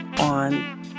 on